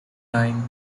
time